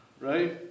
Right